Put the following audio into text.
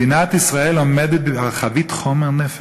מדינת ישראל עומדת על חבית חומר נפץ,